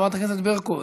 חברת הכנסת ברקו?